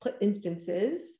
instances